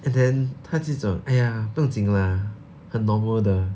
and then 他只讲 !aiya! 不用紧的 lah 很 normal 的